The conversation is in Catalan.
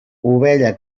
ovella